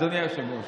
אדוני היושב-ראש,